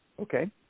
Okay